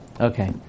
Okay